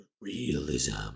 realism